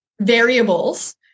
variables